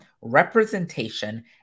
representation